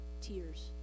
tears